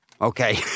okay